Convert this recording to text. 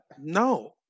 no